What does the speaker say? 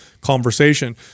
conversation